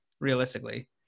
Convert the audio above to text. realistically